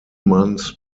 months